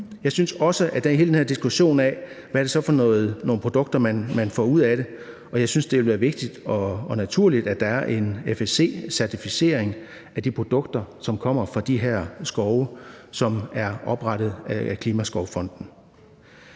Jeg synes også, at det i hele den her diskussion af, hvad det så er for nogle produkter man får ud af det, vil være vigtigt og naturligt, at der er en FSC-certificering af de produkter, som kommer fra de her skove, som er oprettet af Klimaskovfonden.